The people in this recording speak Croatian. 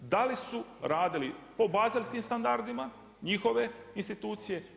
Da li su radili po Bazelskim standardima njihove institucija?